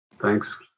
Thanks